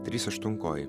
trys aštuonkojai